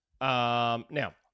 Now